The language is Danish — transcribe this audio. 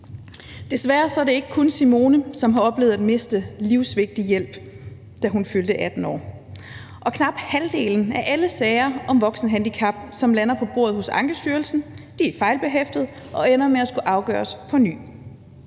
Desværre er det ikke kun Simone, som har oplevet at miste livsvigtig hjælp, da hun fyldte 18 år. Og knap halvdelen af alle sager om voksenhandicap, som lander på bordet hos Ankestyrelsen, er fejlbehæftede og ender med at skulle afgøres på ny.